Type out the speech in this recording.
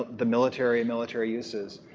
the military and military uses.